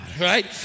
right